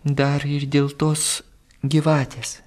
dar ir dėl tos gyvatės